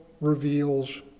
reveals